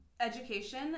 education